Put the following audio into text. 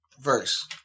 verse